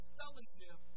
fellowship